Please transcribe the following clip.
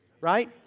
right